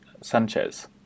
Sanchez